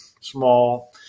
small